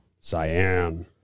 Cyan